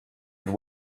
and